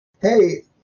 hey